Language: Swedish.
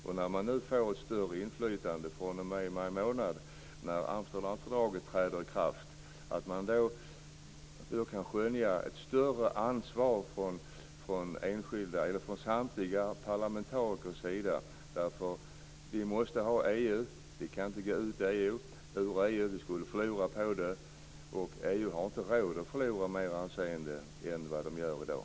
När nu parlamentet får ett större inflytande fr.o.m. maj månad när Amsterdamfördraget träder i kraft hoppas jag att vi kan skönja ett större ansvar från samtliga parlamentarikers sida. Vi måste ha EU. Vi kan inte gå ut ur EU. Vi skulle förlora på det. EU har inte råd att förlora mer anseende än vad det gör i dag.